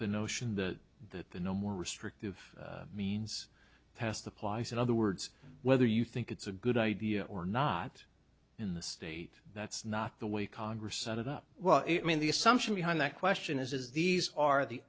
the notion that the the no more restrictive means past the plys in other words whether you think it's a good idea or not in the state that's not the way congress set it up well i mean the assumption behind that question is these are the